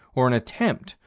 or an attempt,